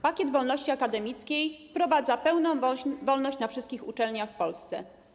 Pakiet wolności akademickiej wprowadza pełną wolność na wszystkich uczelniach w Polsce.